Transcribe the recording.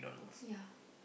ya